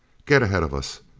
get ahead of us!